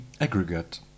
aggregate